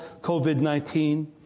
COVID-19